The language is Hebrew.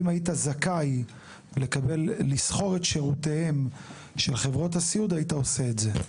ושאם היית זכאי לשכור את שירותיהן של חברות הסיעוד היית עושה את זה.